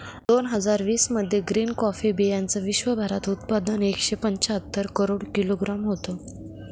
दोन हजार वीस मध्ये ग्रीन कॉफी बीयांचं विश्वभरात उत्पादन एकशे पंच्याहत्तर करोड किलोग्रॅम होतं